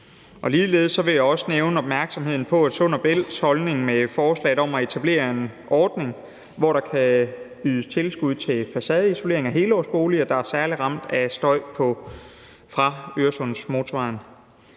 Ligeledes vil jeg henlede opmærksomheden på Sund & Bælts forslag om at etablere en ordning, hvor der kan ydes tilskud til facadeisolering af helårsboliger, der er særlig ramt af støj fra Øresundsmotorvejen.